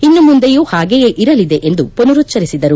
ಇನ್ನು ಮುಂದೆಯೂ ಹಾಗೆಯೇ ಇರಲದೆ ಎಂದು ಪುನರುಚ್ಚರಿಸಿದರು